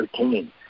13